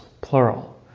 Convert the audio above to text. plural